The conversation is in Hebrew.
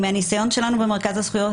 מהניסיון שלנו במרכז הזכויות,